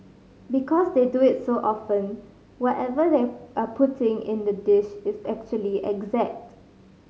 because they do it so often whatever they are putting in the dish is actually exact